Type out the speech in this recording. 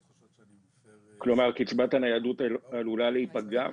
כלומר, קצבת הניידות עלולה להיפגע?